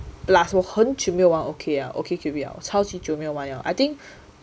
plus 我很久没有玩 okay liao OkCupid 超级久没有玩了 I think